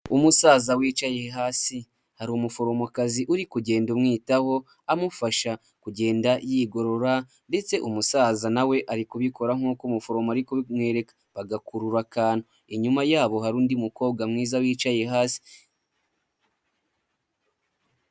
Umusaza wicaye hasi, hari umuforomokazi uri kugenda umwitaho, amufasha kugenda yigorora ndetse umusaza na we ari kubikora nk'uko umuforomo ari kubimwereka bagakurura akantu, inyuma yabo hari undi mukobwa mwiza wicaye hasi.